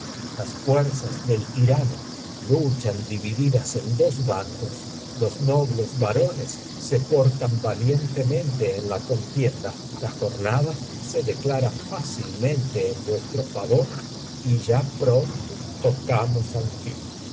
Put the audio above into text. las fuerzas del tirano luchan divididas en dos bandos los nobles barones se portan valientemente en la contienda la jornada se declara fácilmente en vuestro favor y ya pronto tocamos al fin